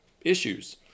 issues